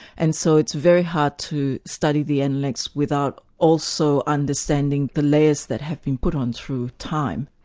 and so it's very hard to study the analects without also understanding the layers that have been put on through time.